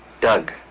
Doug